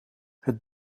het